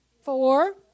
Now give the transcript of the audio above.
four